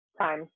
time